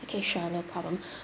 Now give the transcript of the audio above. okay sure no problem